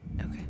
Okay